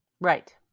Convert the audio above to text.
Right